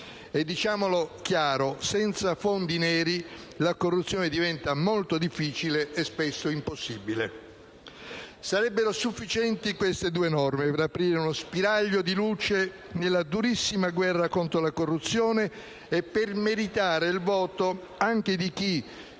E diciamolo chiaro: senza fondi neri la corruzione diventa molto difficile e spesso impossibile. Sarebbero sufficienti queste due norme per aprire uno spiraglio di luce nella durissima guerra contro la corruzione e per meritare il voto anche di chi,